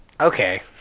Okay